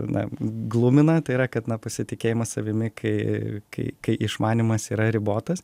na glumina tai yra kad na pasitikėjimas savimi kai kai kai išmanymas yra ribotas